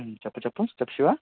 చెప్పు చెప్పు చెప్పు శివ